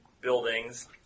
buildings